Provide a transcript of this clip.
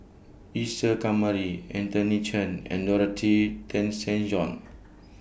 Isa Kamari Anthony Chen and Dorothy Tessen John